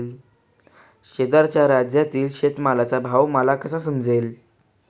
शेजारच्या राज्यातील शेतमालाचा भाव मला कसा समजेल?